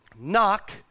Knock